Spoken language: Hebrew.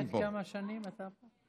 באמת, כמה שנים אתה פה?